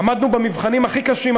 עמדנו במבחנים הכי קשים,